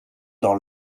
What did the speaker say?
dans